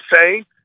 say